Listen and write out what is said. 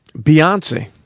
Beyonce